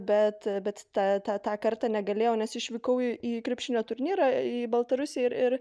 bet bet ta tą kartą negalėjau nes išvykau į į krepšinio turnyrą į baltarusiją ir ir